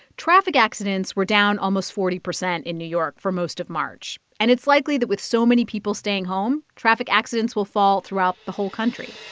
traffic accidents were down almost forty percent in new york for most of march. and it's likely that with so many people staying home, traffic accidents will fall throughout the whole country